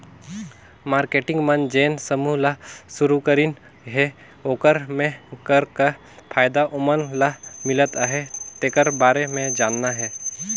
marketing मन जेन समूह ल सुरूकरीन हे ओखर मे कर का फायदा ओमन ल मिलत अहे तेखर बारे मे जानना हे